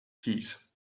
keys